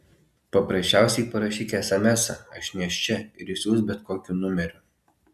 paprasčiausiai parašyk esemesą aš nėščia ir išsiųsk bet kokiu numeriu